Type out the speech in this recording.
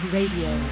Radio